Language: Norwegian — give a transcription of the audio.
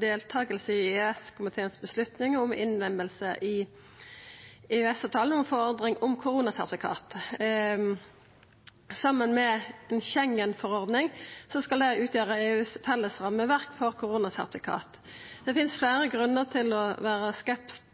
deltaking i EØS-komiteens avgjerd om innlemming i EØS-avtalen av forordning om koronasertifikat. Saman med ei Schengen-forordning skal det utgjera EUs felles rammeverk for koronasertifikat. Det finst fleire grunnar til å vera